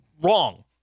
wrong